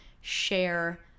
share